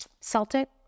Celtic